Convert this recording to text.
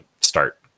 start